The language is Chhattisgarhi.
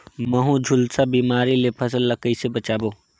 महू, झुलसा बिमारी ले फसल ल कइसे बचाबो?